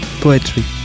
poetry